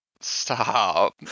Stop